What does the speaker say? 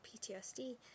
ptsd